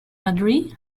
madrid